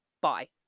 Bye